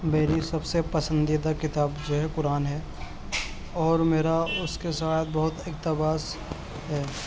میری سب سے پسندیدہ کتاب جو ہے قرآن ہے اور میرا اس کے ساتھ بہت اقتباس ہے